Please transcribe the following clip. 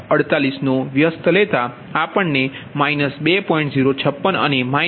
48 નો વ્યસ્ત લેતા આપણને 2